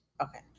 Okay